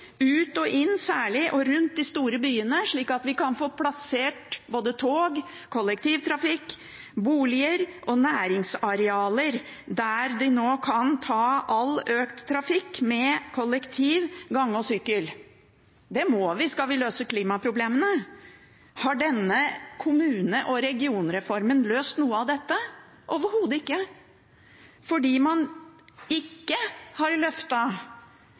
ut og inn av og rundt de store byene, slik at vi kan få plassert tog, kollektivtrafikk, boliger og næringsarealer der hvor man kan ta all økt trafikk med kollektiv, gange og sykkel. Det må vi hvis vi skal løse klimaproblemene. Har denne kommune- og regionreformen løst noe av dette? Overhodet ikke, for man har ikke